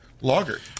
lager